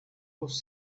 was